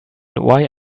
why